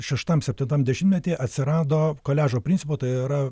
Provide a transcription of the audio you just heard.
šeštam septintam dešimtmetyje atsirado koliažo principu tai yra